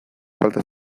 falta